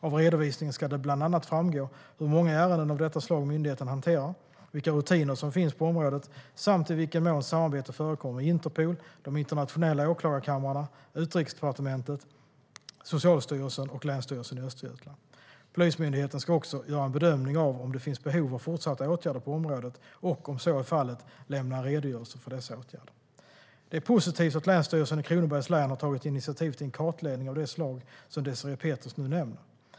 Av redovisningen ska det bland annat framgå hur många ärenden av detta slag myndigheten hanterar, vilka rutiner som finns på området samt i vilken mån samarbete förekommer med Interpol, de internationella åklagarkamrarna, Utrikesdepartementet, Socialstyrelsen och Länsstyrelsen i Östergötlands län. Polismyndigheten ska också göra en bedömning av om det finns behov av fortsatta åtgärder på området och, om så är fallet, lämna en redogörelse för dessa åtgärder. Det är positivt att Länsstyrelsen i Kronobergs län har tagit initiativ till en kartläggning av det slag som Désirée Pethrus nämner.